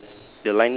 sorry